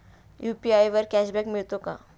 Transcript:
UPI वर cashback मिळतो का?